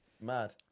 mad